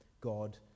God